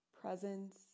presence